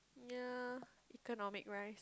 ya economic rice